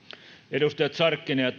edustajat sarkkinen ja